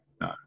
no